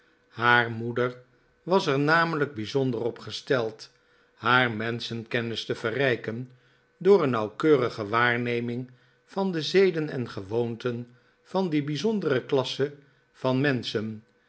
haar moeder was er namelijk bijzonder op gesteld haar menschenkennis te verrijken door een nauwkeurige waarneming van de zeden en gewoonten van die bijzondere klasse van menschen